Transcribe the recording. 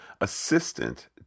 Assistant